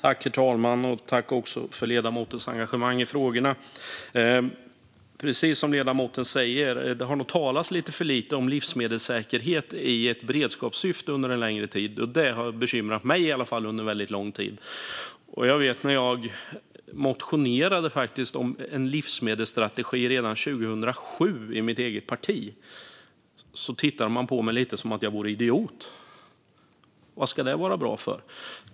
Herr talman! Jag tackar för ledamotens engagemang i frågorna. Precis som ledamoten säger har det nog talats lite för lite om livsmedelssäkerhet i beredskapssyfte under en längre tid. Det har i alla fall bekymrat mig under väldigt lång tid. När jag motionerade om en livsmedelsstrategi redan 2007 i mitt eget parti tittade man på mig lite grann som om jag var en idiot. Vad ska det vara bra för?